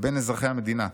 לבין אזרחי המדינה.